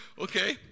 Okay